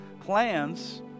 plans